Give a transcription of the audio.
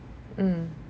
mm